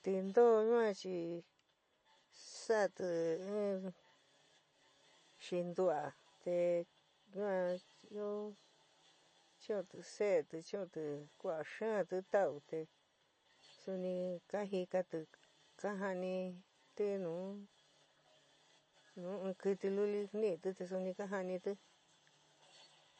Tintoó ñua chi sa'ati in xintu'a te yuan ioo chuunti seeti chuunti ku'a xaanti ta'u te suni kajikati ka ja'aniti nu nu in kiti luli niiti te suni ka jaaniti.